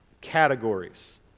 categories